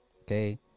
okay